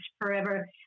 forever